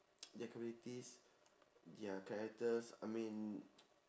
their capabilities their characters I mean